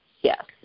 Yes